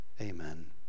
Amen